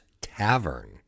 Tavern